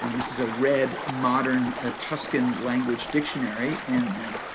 and this is a red modern ah tuscan language dictionary in the